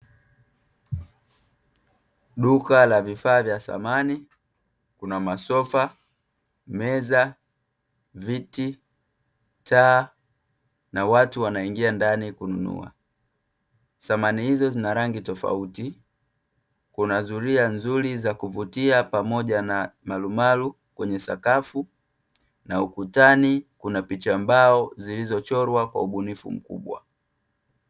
Duka la vifaa vya samani, kuna masofa, meza, viti, taa na watu wanaingia ndani kununua. Samani hizo zina rangi tofauti, kuna zulia nzuri za kuvutia pamoja na marumaru kwenye sakafu, na ukutani kuna picha, mbao zilizochorwa kwa ubunifu mkubwa.